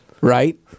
right